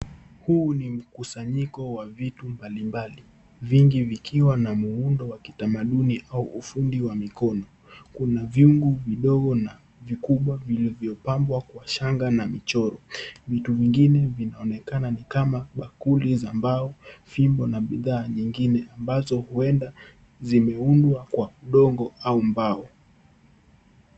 Huu ni mkusanyiko wa vitu mbalimbali, vingi vikiwa na muundo wa kitamaduni au ufundi wa mikono. Kuna vyungu vidogo na vikubwa vilivyo pambwa kwa shanga na michoro. Vitu vingine vinaonekana ni kama bakuli za mbao, fimbo na bidhaa nyingine ambazo huenda zimeundwa kwa udongo au mbao.